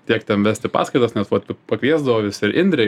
tiek ten vesti paskaitas nes vat pakviesdavo visi indrė